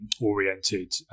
oriented